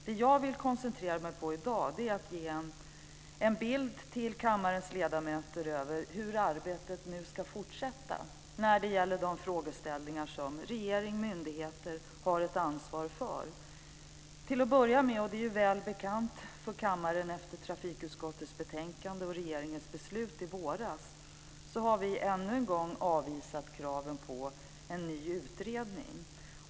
Det som jag vill koncentrera mig på i dag är att ge kammarens ledamöter en bild av hur arbetet nu ska fortsätta när det gäller de frågeställningar som regering och myndigheter har ett ansvar för. Till att börja med - och det är väl bekant för kammaren efter trafikutskottets betänkande och regeringens beslut i våras - har vi ännu en gång avvisat kraven på en ny utredning.